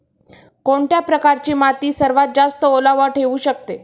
कोणत्या प्रकारची माती सर्वात जास्त ओलावा ठेवू शकते?